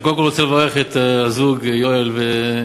אני קודם כול רוצה לברך את הזוג יואל והילה.